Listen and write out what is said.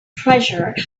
treasure